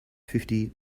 fifty